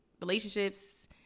relationships